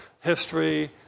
history